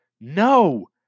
No